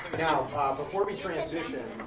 now ah before we transition,